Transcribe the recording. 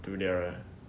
to their